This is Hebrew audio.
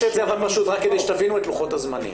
כדי שתבינו את לוחות הזמנים: